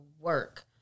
work